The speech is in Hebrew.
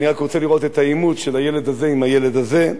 אני רק רוצה לראות את העימות של הילד הזה עם הילד הזה.